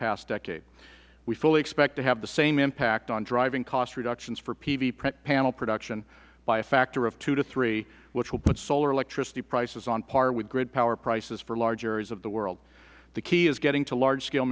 past decade we fully expect to have the same impact on driving cost reductions for pv panel production by a factor of two to three which will put solar electricity prices on par with grid power prices for large areas of the world the key is getting to large scale